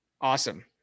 Awesome